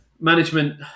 management